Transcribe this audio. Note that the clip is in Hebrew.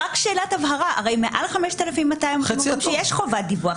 רק שאלת הבהרה: הרי מעל 5,200 יש חובת דיווח,